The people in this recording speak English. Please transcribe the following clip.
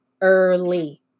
early